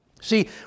See